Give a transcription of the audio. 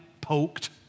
poked